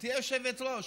גברתי היושבת-ראש.